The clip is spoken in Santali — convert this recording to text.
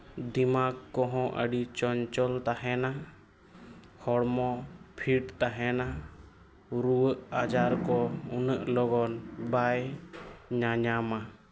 ᱫᱤᱢᱟᱜᱽ ᱠᱚᱦᱚᱸ ᱟᱹᱰᱤ ᱪᱚᱧᱪᱚᱞ ᱛᱟᱦᱮᱱᱟ ᱦᱚᱲᱢᱚ ᱯᱷᱤᱴ ᱛᱟᱦᱮᱱᱟ ᱨᱩᱣᱟᱹ ᱟᱡᱟᱨ ᱠᱚ ᱩᱱᱟᱹᱜ ᱞᱚᱜᱚᱱ ᱵᱟᱭ ᱧᱟᱼᱧᱟᱢᱟ